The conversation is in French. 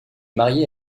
marié